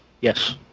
Yes